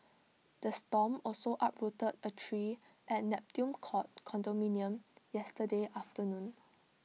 the storm also uprooted A tree at Neptune court condominium yesterday afternoon